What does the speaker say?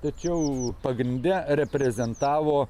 tačiau pagrinde reprezentavo